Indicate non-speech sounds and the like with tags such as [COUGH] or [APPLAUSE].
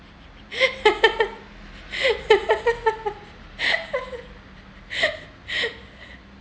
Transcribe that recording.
[LAUGHS]